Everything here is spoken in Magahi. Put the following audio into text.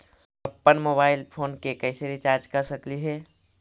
अप्पन मोबाईल फोन के कैसे रिचार्ज कर सकली हे?